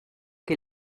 che